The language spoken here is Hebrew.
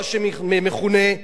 מה שמכונה,